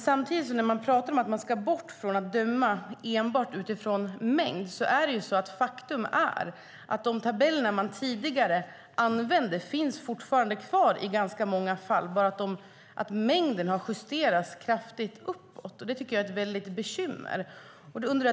Samtidigt som vi talar om att man ska gå ifrån att döma enbart utifrån mängd är det ett faktum att de tabeller man tidigare använde fortfarande finns kvar i ganska många fall och att mängden har justerats kraftigt uppåt. Det är ett bekymmer.